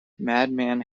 madman